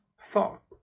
thought